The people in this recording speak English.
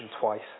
twice